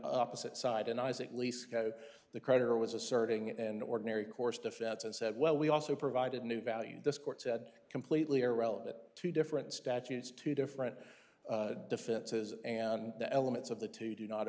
opposite side and isaac lease co the creditor was asserting an ordinary course defense and said well we also provided new value this court said completely irrelevant two different statutes two different defenses and the elements of the two do not